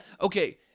okay